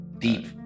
deep